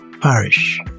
Parish